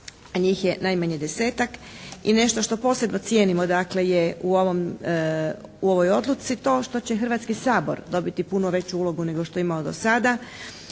njih je najmanje desetak. I nešto što posebno cijenimo je u ovoj odluci, to što će Hrvatski sabor dobiti puno veću ulogu nego što je imao do sada,